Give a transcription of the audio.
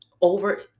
over